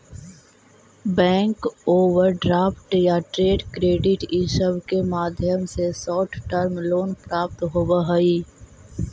bank overdraft या trade credit इ सब के माध्यम से शॉर्ट टर्म लोन प्राप्त होवऽ हई